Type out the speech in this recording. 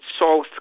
South